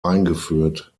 eingeführt